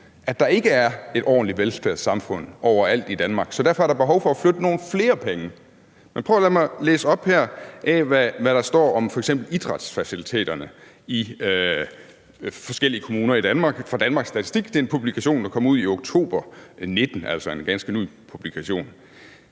at der ikke er et ordentligt velfærdssamfund overalt i Danmark, så der derfor er behov for at flytte nogle flere penge. Men prøv at lade mig læse op her, hvad der står om f.eks. idrætsfaciliteterne i forskellige kommuner i Danmark i en publikation fra Danmarks Statistik, der udkom i oktober 2019, altså en ganske ny publikation: